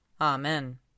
Amen